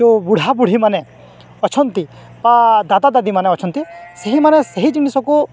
ଯୋଉ ବୁଢ଼ା ବୁଢ଼ୀମାନେ ଅଛନ୍ତି ବା ଦାଦା ଦାଦୀମାନେ ଅଛନ୍ତି ସେହିମାନେ ସେହି ଜିନିଷକୁ